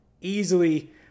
Easily